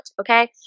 okay